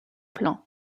plan